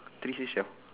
three seashell